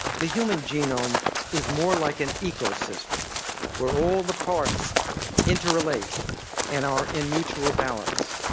the human genome is more like an ecosystem where all the parts interrelate and are in mutual balance.